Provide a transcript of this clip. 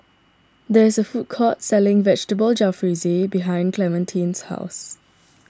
there is a food court selling Vegetable Jalfrezi behind Clementine's house